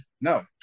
No